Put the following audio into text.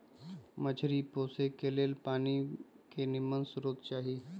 मछरी पोशे के लेल पानी के निम्मन स्रोत चाही